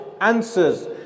answers